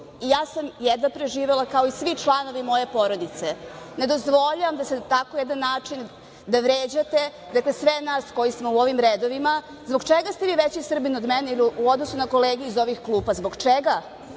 Ja sam jedva preživela, kao i svi članovi moje porodice. Ne dozvoljavam da na takav način vređate sve nas koji smo u ovim redovima. Zbog čega ste vi veći Srbin od mene ili u odnosu na kolege iz ovih klupa? Zbog čega?